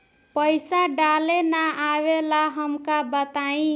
पईसा डाले ना आवेला हमका बताई?